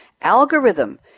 Algorithm